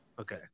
Okay